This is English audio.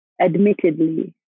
admittedly